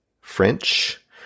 French